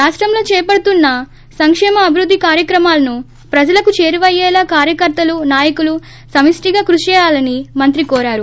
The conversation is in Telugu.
రాష్టంలో ిచేపడుతున్న సంకేమ అభివృద్ది కార్యక్రమాలను ప్రజలకు చేరువయ్యేలా కార్యకర్తలు నాయకులు సమిష్టిగా కృష్ చేయాలని మంత్రి కోరారు